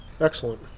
Excellent